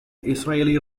israeli